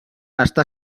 està